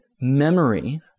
memory